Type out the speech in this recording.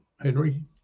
Henry